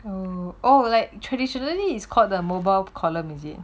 oh oh like traditionally is called the mobile column is it